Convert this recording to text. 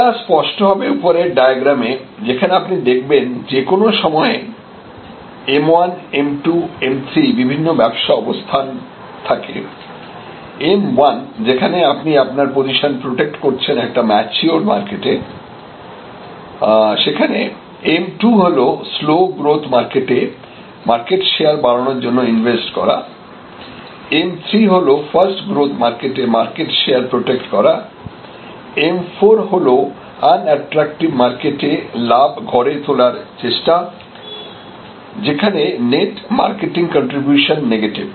এটা স্পষ্ট হবে উপরের ডায়াগ্রামে যেখানে আপনি দেখবেন যে কোন সময়ে M1M2 M3 বিভিন্ন ব্যবসা অবস্থান থাকে M1 যেখানে আপনি আপনার পজিশন প্রটেক্ট করছেন একটা ম্যাচিওরড মার্কেটে সেখানে M2 হল স্লো গ্রোথ মার্কেটে মার্কেট শেয়ার বাড়াবার জন্য ইনভেস্ট করা M3 হল ফার্স্ট গ্রোথ মার্কেটে মার্কেট শেয়ার প্রোটেক্ট করা M4 হল আনঅ্যাট্রাক্টিভ মার্কেটে লাভ ঘরে তোলার প্রচেষ্টা যেখানে নেট মার্কেটিং কন্ট্রিবিউশন নেগেটিভ